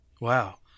wow